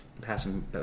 passing